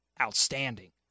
outstanding